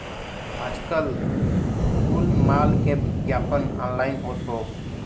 आजकल कुल माल के विग्यापन ऑनलाइन होत हौ